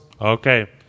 Okay